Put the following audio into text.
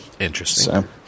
Interesting